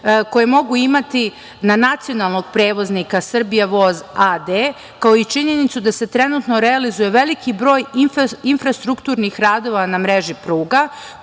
koje mogu imati na nacionalnog prevoznika Srbija voz a.d, kao i činjenicu da se trenutno realizuje veliki broj infrastrukturnih radova na mreži pruga,